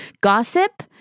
gossip